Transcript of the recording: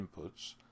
inputs